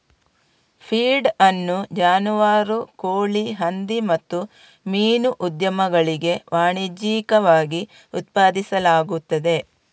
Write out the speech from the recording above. feed ಅನ್ನು ಜಾನುವಾರು, ಕೋಳಿ, ಹಂದಿ ಮತ್ತು ಮೀನು ಉದ್ಯಮಗಳಿಗೆ ವಾಣಿಜ್ಯಿಕವಾಗಿ ಉತ್ಪಾದಿಸಲಾಗುತ್ತದೆ